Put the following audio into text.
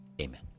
Amen